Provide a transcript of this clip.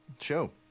show